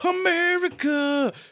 America